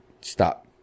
Stop